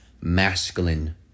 masculine